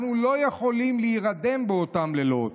אנחנו לא יכולים להירדם באותם לילות